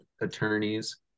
attorneys